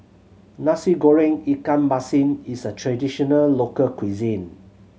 Nasi Goreng ikan masin is a traditional local cuisine